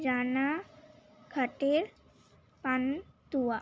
রানাঘাটের পান্তুয়া